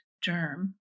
germ